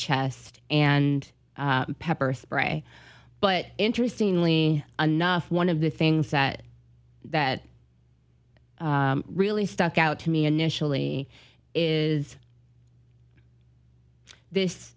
chest and pepper spray but interestingly enough one of the things that that really stuck out to me initially is this